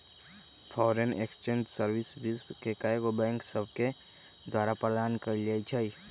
foreign exchange service विश्व के कएगो बैंक सभके द्वारा प्रदान कएल जाइ छइ